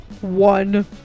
One